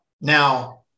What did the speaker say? Now